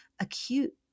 acute